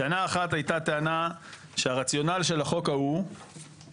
טענה אחת הייתה טענה שהרציונל של החוק ההוא הייתה